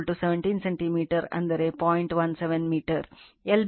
17 metre LB ಇದು 17 8